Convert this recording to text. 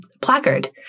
placard